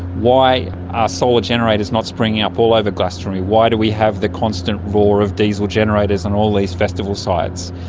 why are solar generators not springing up all over glastonbury? why do we have the constant roar of diesel generators on all these festival sites?